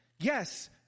Yes